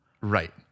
right